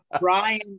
brian